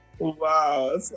Wow